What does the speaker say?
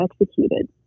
executed